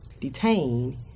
detained